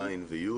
ז' ו-י'